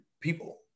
people